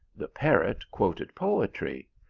the parrot quoted poetry,